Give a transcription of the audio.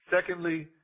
Secondly